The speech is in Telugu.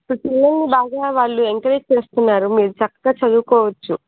ఇప్పుడు బాగా వాళ్ళు ఎంకరేజ్ చేస్తున్నారు మీరు చక్కగా చదువుకోవచ్చు